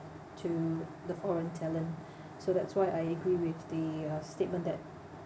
to the foreign talent so that's why I agree with the uh statement that